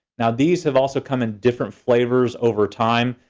now these have also come in different flavors over time,